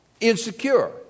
insecure